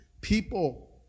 people